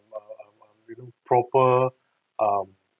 um um um you know proper um